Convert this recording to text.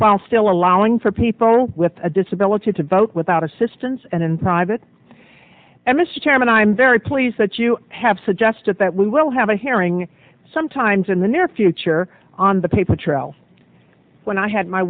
while still allowing for people with a disability to vote without assistance and in private and mr chairman i'm very pleased that you have suggested that we will have a hearing sometimes in the near future on the paper trail when i had my